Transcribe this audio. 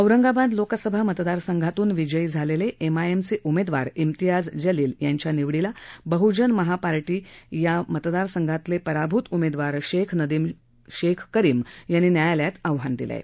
औरंगाबाद लोकसभा मतदारसंघातून विजयी झालेले एम आय एम चे उमेदवार इम्तियाज जलील यांच्या निवडीला बहजन महा पार्टीचे या मतदारसंघातले पराभूत उमेदवार शेख नदीम शेख करीम यांनी न्यायालयात आव्हान दिलं आहे